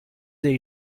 the